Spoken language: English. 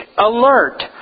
alert